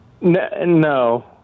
No